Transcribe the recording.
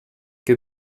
que